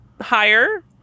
higher